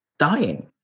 dying